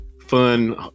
fun